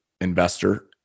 investor